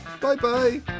Bye-bye